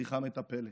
צריכה מטפלת.